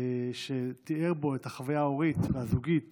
שהוא תיאר בו את החוויה ההורית, הזוגית